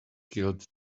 killed